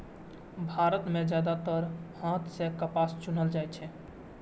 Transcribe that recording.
भारत मे जादेतर हाथे सं कपास चुनल जाइ छै